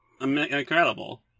incredible